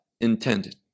intended